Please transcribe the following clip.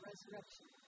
resurrection